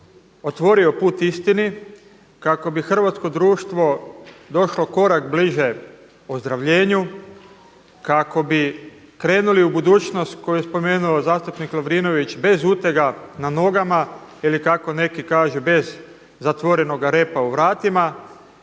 otvorio put istini, kako bi hrvatsko društvo došlo korak bliže ozdravljenju, kako bi krenuli u budućnost koji je spomenuo zastupnik Lovrinović, bez utega na nogama ili kako neki kažu bez zatvorenoga repa u vratima.